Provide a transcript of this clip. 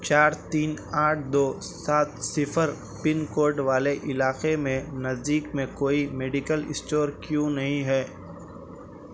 چار تین آٹھ دو سات صفر پن کوڈ والے علاقے میں نزدیک میں کوئی میڈیکل اسٹور کیوں نہیں ہے